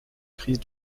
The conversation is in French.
crise